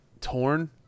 torn